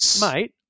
mate